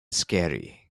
scary